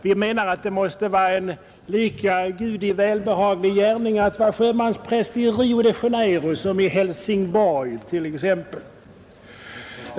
Vi menar att det måste vara en lika Gudi behaglig gärning att vara sjömanspräst i Rio de Janeiro som i Helsingborg t.ex.